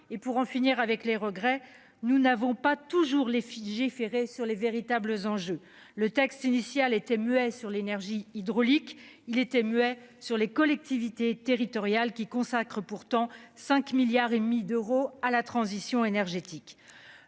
et pour en finir avec les regrets. Nous n'avons pas toujours les Ferré sur les véritables enjeux. Le texte initial était muet sur l'énergie hydraulique, il était muet sur les collectivités territoriales qui consacrent pourtant 5 milliards et demi d'euros à la transition énergétique.